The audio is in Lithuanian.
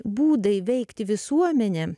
būdai veikti visuomenę